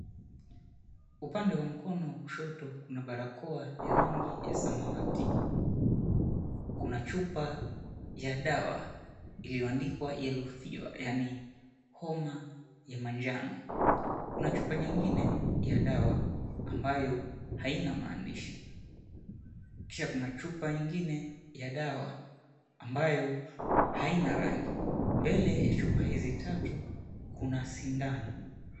Upande wa mkono wa kushoto kuna barakoa ya rangi ya samawati. Kuna chupa ya dawa iliyoandikwa "Yellow Fever" yaani homa ya manjano. Kuna chupa nyingine ya dawa ambayo haina maandishi. Kisha kuna chupa nyingine ya dawa amabayo haina rangi. Mbele ya chupa hizi tatu, kuna sindano.